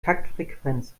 taktfrequenz